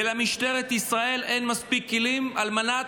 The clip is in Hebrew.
ולמשטרת ישראל אין מספיק כלים על מנת